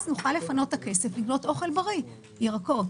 אז נוכל לפנות את הכסף לקנות אוכל בריא ירקות,